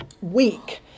week